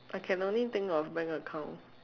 I can only think of bank account